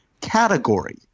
category